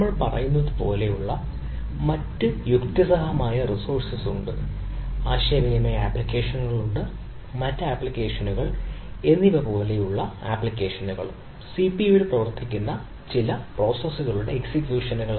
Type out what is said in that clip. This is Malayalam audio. നമ്മൾ പറയുന്നത് പോലുള്ള മറ്റ് യുക്തിസഹമായ റിസോഴ്സ് ഉണ്ട് ആശയവിനിമയ ആപ്ലിക്കേഷനുകൾ മറ്റ് ആപ്ലിക്കേഷനുകൾ എന്നിവ പോലുള്ള ആപ്ലിക്കേഷനുകൾ ഉണ്ട് സിപിയുവിൽ പ്രവർത്തിക്കുന്ന ചില പ്രോസസ്സുകളുടെ എക്സിക്യൂഷനുകൾ